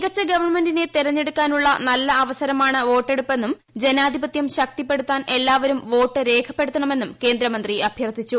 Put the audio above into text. മികച്ച ഗവൺമെന്റിനെ തെരഞ്ഞെടുക്കാനുള്ള നല്ലി അ്വസരമാണ് വോട്ടെടുപ്പെന്നും ജനാധിപത്യം ശക്തിപ്പെട്ടുത്താൻ എല്ലാവരും വോട്ട് രേഖപ്പെടുത്തണമെന്നും കേന്ദ്രമന്ത്രി അഭ്യർത്ഥിച്ചു